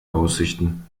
aussichten